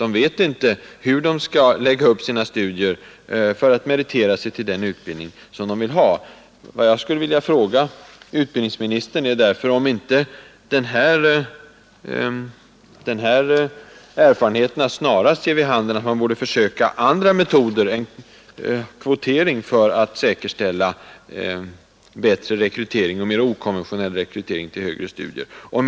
De vet inte hur de skall lägga upp sina studier för att meritera sig till den utbildning som de vill ha. Jag vill därför fråga utbildningsministern om inte erfarenheterna snarast ger vid handen, att man borde försöka finna andra metoder än könskvotering för att säkerställa en mera okonventionell rekrytering till högre studier.